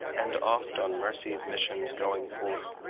and oft on mercy's missions going forth,